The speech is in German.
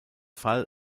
fall